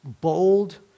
Bold